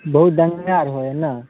बहुत दङ्गा आओर होइ हइ नहि